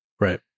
Right